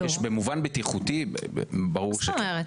במובן בטיחותי, ברור שכן.